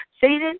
Satan